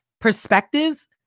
perspectives